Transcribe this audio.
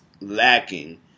lacking